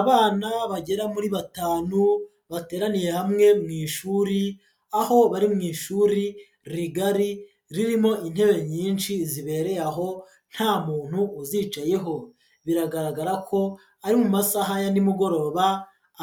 Abana bagera muri batanu bateraniye hamwe mu ishuri, aho bari mu ishuri rigari ririmo intebe nyinshi zibereye aho nta muntu uzicayeho, biragaragara ko ari mu masaha ya n'imugoroba